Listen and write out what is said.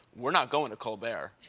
we're not going to colbert.